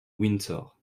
windsor